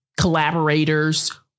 collaborators